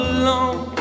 alone